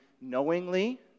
knowingly